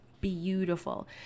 beautiful